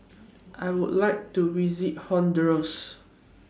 I Would like to visit Honduras